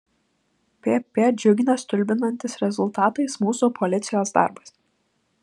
pp džiugina stulbinantis rezultatais mūsų policijos darbas